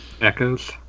Echoes